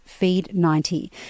FEED90